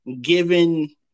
given